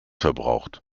verbraucht